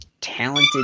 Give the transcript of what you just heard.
talented